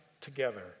together